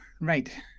right